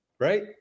right